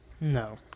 No